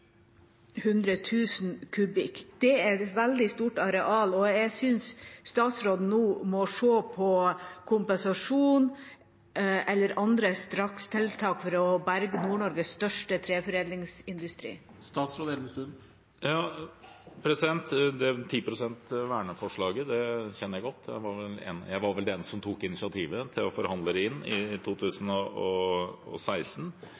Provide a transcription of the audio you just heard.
kubikk. Det er et veldig stort areal, og jeg synes statsråden nå må se på kompensasjon eller andre strakstiltak for å berge Nord-Norges største treforedlingsindustri. Verneforslaget på 10 pst. kjenner jeg godt. Jeg var vel den som tok initiativet til å forhandle det inn i